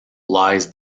lies